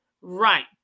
Right